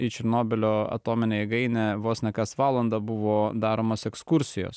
į černobylio atominę jėgainę vos ne kas valandą buvo daromos ekskursijos